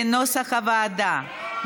כנוסח הוועדה.